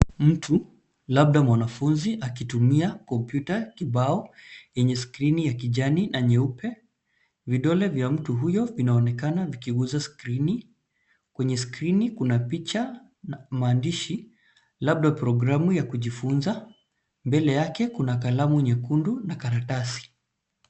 Mtu, labda mwanafunzi akitumia kompyuta kibao yenye skrini ya kijani na nyeupe. Vidole vya mtu huyo vinaonekana vikiguza skrini. Kwenye skrini kuna picha na maandishi, labda programu ya kujifunza. Mbele yake kuna kalamu nyekundu na karatasi.